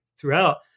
throughout